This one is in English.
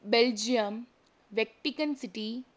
Belgium Vatican city